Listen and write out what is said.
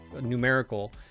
numerical